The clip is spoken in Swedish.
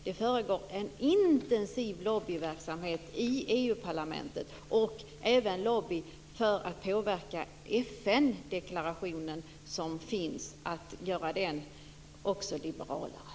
Det föregår en intensiv lobbyverksamhet i EU parlamentet, och även en lobbyverksamhet för att påverka den FN-deklaration som finns och göra den liberalare.